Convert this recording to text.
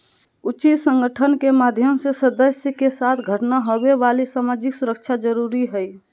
उचित संगठन के माध्यम से सदस्य के साथ घटना होवे वाली सामाजिक सुरक्षा जरुरी हइ